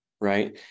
right